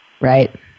Right